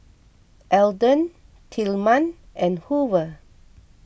Elden Tilman and Hoover